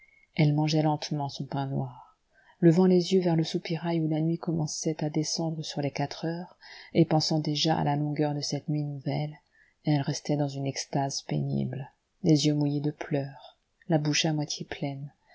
elle mangeait lentement son pain noir levant les yeux vers le soupirail où la nuit commençait à descendre sur les quatre heures et pensant déjà à la longueur de cette nuit nouvelle elle restait dans une extase pénible les yeux mouillés de pleurs la bouche à moitié pleine